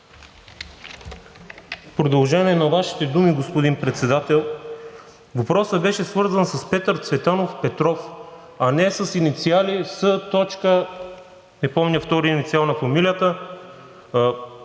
продължение на Вашите думи, господин Председател, въпросът беше свързан с Петър Цветанов Петров, а не с инициали С., не помня втория инициал на фамилията.